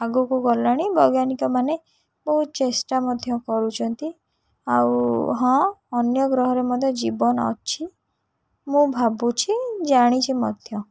ଆଗକୁ ଗଲାଣି ବୈଜ୍ଞାନିକ ମାନେ ବହୁତ ଚେଷ୍ଟା ମଧ୍ୟ କରୁଛନ୍ତି ଆଉ ହଁ ଅନ୍ୟ ଗ୍ରହରେ ମଧ୍ୟ ଜୀବନ ଅଛି ମୁଁ ଭାବୁଛି ଜାଣିଛି ମଧ୍ୟ